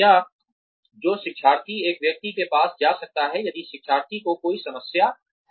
या जो शिक्षार्थी एक व्यक्ति के पास जा सकता है यदि शिक्षार्थी को कोई समस्या है